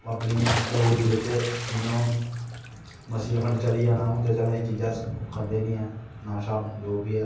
अपनी डोगरी बिच जियां हून मस्सी आ फंड हून ते चलो अस एह् चीज़ां खंदे निं हैन नाम जो बी ऐ